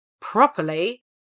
properly